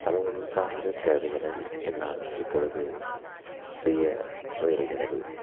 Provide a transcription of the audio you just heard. சமூகம் சார்ந்த தேவைகளை என்னால் இப்பொழுது செய்ய முயலுகிறது